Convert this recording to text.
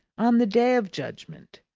on the day of judgment.